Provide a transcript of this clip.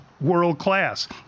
World-class